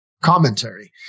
commentary